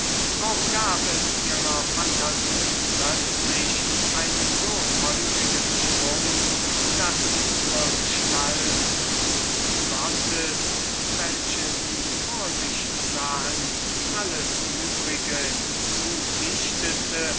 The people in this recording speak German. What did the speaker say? auch gab er ihrer phantasie auf einmal einen so feurigen schwung daß da sie die gestalt dieses gottes vor sich sahen sie alles übrige